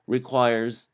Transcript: Requires